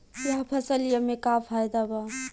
यह फसलिया में का फायदा बा?